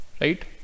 right